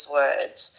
words